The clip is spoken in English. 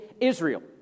Israel